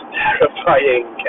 terrifying